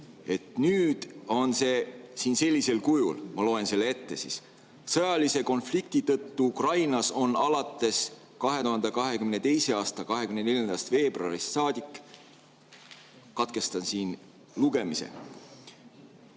Nüüd on see siin sellisel kujul, ma loen selle ette: "Sõjalise konflikti tõttu Ukrainas on alates 2022. aasta 24. veebruarist ..." Katkestan siin lugemise.